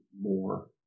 more